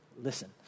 listen